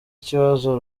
ikibazo